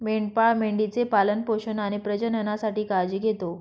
मेंढपाळ मेंढी चे पालन पोषण आणि प्रजननासाठी काळजी घेतो